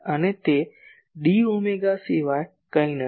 અને તે d omega સિવાય કંઈ નથી